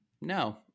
No